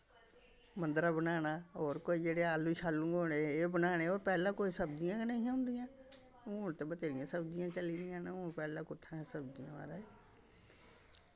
मंद्दरा बनाना होर कोई जेह्ड़े आलू शालू होने एह् बनाने होर पैह्लें कोई सब्जियां गै नेईं हां होंदियां हून ते बत्थेरियां सब्जियां चली दियां न हून पैह्लें कुत्थै सब्जियां म्हाराज